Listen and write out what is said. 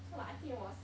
so what I did was